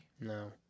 No